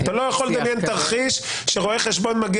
אתה לא יכול לדמיין תרחיש שרואה חשבון מגיע